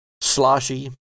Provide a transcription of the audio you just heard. Sloshy